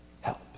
help